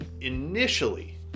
Initially